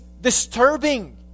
disturbing